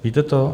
Víte to?